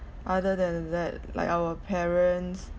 other than that like our parents